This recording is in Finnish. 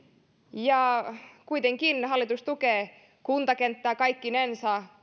ja kuitenkin hallitus tukee kuntakenttää kaikkinensa